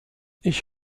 ich